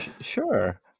Sure